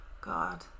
God